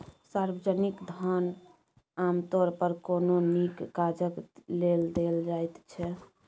सार्वजनिक धन आमतौर पर कोनो नीक काजक लेल देल जाइत छै